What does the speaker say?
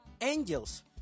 angels